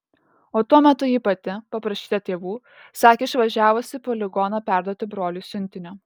o tuo metu ji pati paprašyta tėvų sakė išvažiavusi į poligoną perduoti broliui siuntinio